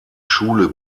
schule